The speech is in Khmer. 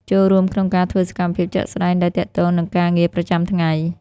ចូលរួមក្នុងការធ្វើសកម្មភាពជាក់ស្តែងដែលទាក់ទងនឹងការងារប្រចាំថ្ងៃ។